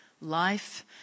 life